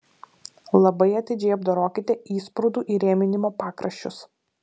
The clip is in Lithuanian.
labai atidžiai apdorokite įsprūdų įrėminimo pakraščius